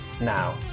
now